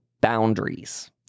boundaries